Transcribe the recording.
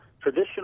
Traditional